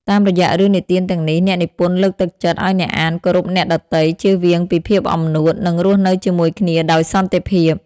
តាមរយៈរឿងនិទានទាំងនេះ អ្នកនិពន្ធលើកទឹកចិត្តឱ្យអ្នកអានគោរពអ្នកដទៃ ជៀសវាងពីភាពអំនួត និងរស់នៅជាមួយគ្នាដោយសន្តិភាព។